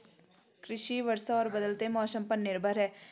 कृषि वर्षा और बदलते मौसम पर निर्भर है